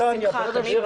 בשמחה.